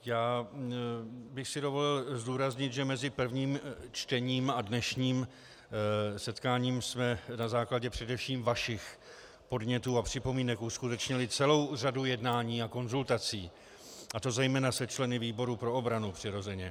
Já bych si dovolil zdůraznit, že mezi prvním čtením a dnešním setkáním jsme na základě především vašich podnětů a připomínek uskutečnili celou řadu jednání a konzultací, a to zejména se členy výboru pro obranu přirozeně.